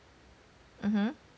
(uh huh)